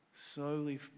slowly